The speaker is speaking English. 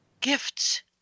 gifts